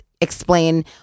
explain